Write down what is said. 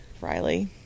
Riley